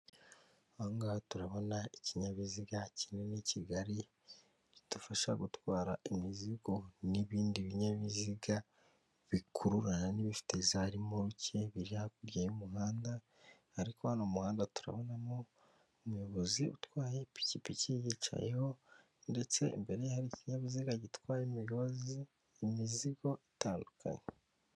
Aha ngaha turabona ikinyabiziga kinini kigari kidufasha gutwara imizigo n'ibindi binyabiziga bikururana, n'ibifite za remoroke biri ha kurya y'umuhanda ariko hano mu muhanda turahabonamo umuyobozi utwaye ipikipiki yicayeho ndetse imbere hari ikinyabiziga gitwaye imigozi, imizigo itandukanye.